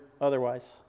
otherwise